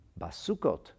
Basukot